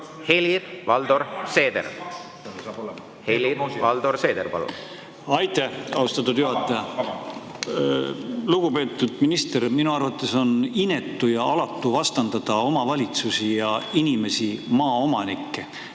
Helir-Valdor Seeder! Helir-Valdor Seeder, palun! Aitäh, austatud juhataja! Lugupeetud minister! Minu arvates on inetu ja alatu vastandada omavalitsusi ja inimesi, maaomanikke,